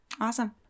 Awesome